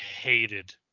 hated